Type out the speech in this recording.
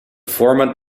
format